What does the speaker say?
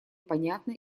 понятно